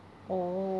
oh